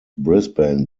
brisbane